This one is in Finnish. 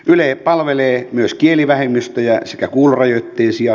yle palvelee myös kielivähemmistöjä sekä kuulorajoitteisia